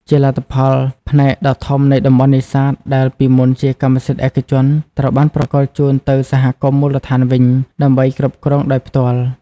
ជាលទ្ធផល ផ្នែកដ៏ធំនៃតំបន់នេសាទដែលពីមុនជាកម្មសិទ្ធិឯកជនត្រូវបានប្រគល់ជូនទៅសហគមន៍មូលដ្ឋានវិញ ដើម្បីគ្រប់គ្រងដោយផ្ទាល់។